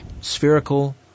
spherical